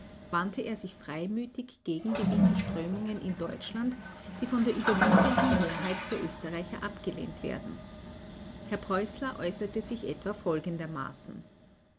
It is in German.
wandte er sich freimütig gegen gewisse strömungen in deutschland die von der überwiegenden mehrheit der österreicher abgelehnt werden herr preußler äußerte sich etwa folgendermaßen